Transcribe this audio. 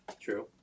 True